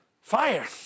fire